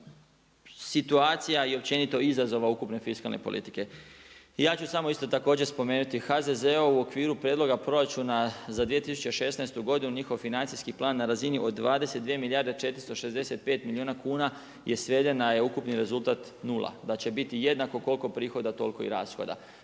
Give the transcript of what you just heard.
situacija i općenito izazova ukupne fiskalne politike. Ja ću samo isto također spomenuti HZZO u okviru prijedloga proračuna za 2016. godinu i njihov financijski plan na razini od 22 milijarde 465 milijuna kuna, je sveden na ukupni rezultat 0. Da će biti jednako koliko prihoda toliko i rashoda.